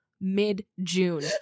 mid-June